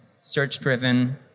search-driven